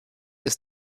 ist